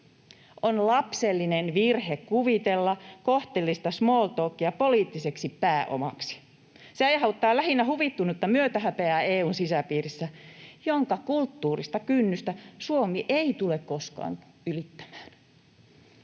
On lapsellinen virhe kuvitella kohteliasta smalltalkia poliittiseksi pääomaksi. Se aiheuttaa lähinnä huvittunutta myötähäpeää EU:n sisäpiirissä, jonka kulttuurista kynnystä Suomi ei tule koskaan ylittämään.